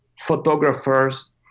photographers